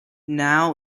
now